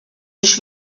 sich